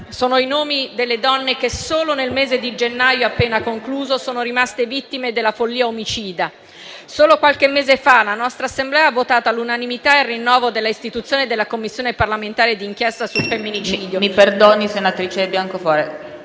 sono i nomi delle donne che, solo nel mese di gennaio appena concluso, sono rimaste vittime della follia omicida. Solo qualche mese fa la nostra Assemblea ha votato all'unanimità il rinnovo dell'istituzione della Commissione parlamentare d'inchiesta sul femminicidio... *(Brusio)*. PRESIDENTE. Mi perdoni, senatrice Biancofiore.